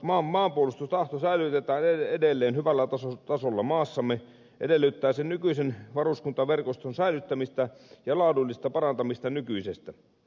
jotta maanpuolustustahto säilytetään edelleen hyvällä tasolla maassamme edellyttää se nykyisen varuskuntaverkoston säilyttämistä ja laadullista parantamista nykyisestä